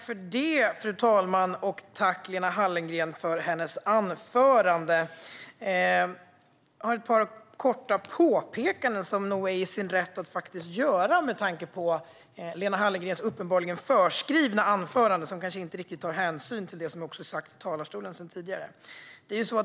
Fru talman! Tack, Lena Hallengren, för anförandet! Jag har ett par korta påpekanden som nog är berättigade att göra med tanke på Lena Hallengrens uppenbart förskrivna anförande, som kanske inte riktigt tar hänsyn till det som sagts i talarstolen tidigare.